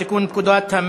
מתנגד אחד.